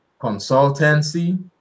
consultancy